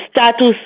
status